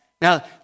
Now